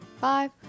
five